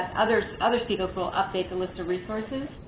other other speakers will update the list of resources.